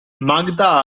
magda